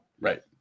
right